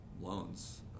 loans